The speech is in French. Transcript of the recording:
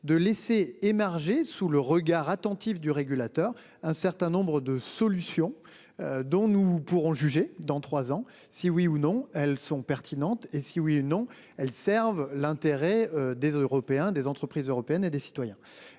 de laisser émerger sous le regard attentif du régulateur, un certain nombre de solutions. Dont nous pourrons juger dans 3 ans si oui ou non elles sont pertinentes et si oui ou non elles serve l'intérêt des Européens des entreprises européennes et des citoyens.